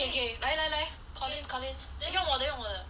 okay 来来来 Collins Collins 用我的用我的